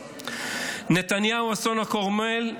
נתניהו, אסון הכרמל,